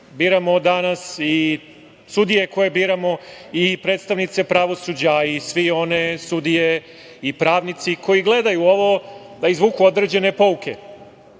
biramo danas i sudije koje biramo i predstavnice pravosuđa a i sve one sudije i pravnici koji gledaju ovo, da izvuku određene pouke.